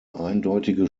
eindeutige